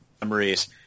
memories